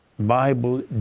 Bible